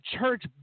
church